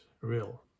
real